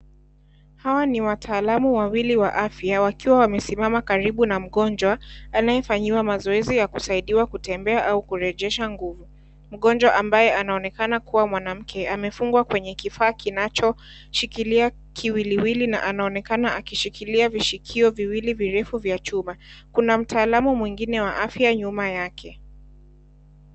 Hawa ni wataalamu wawili wa afya wakiwawamesimama karibu na mgonjwa anayefanyiwa mazoezi ya kujua kutembea au kurejesha nguvu mgonjwa ambaye anaonekana kuwa mwanamke amefungwa kwenye kifaa ambacho kinashikilia kiwiliwili na anaonekana akishikilia vishikio viwili vya chuma. kuna mtaalamu mwingine wa afya nyuma yake.